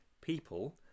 people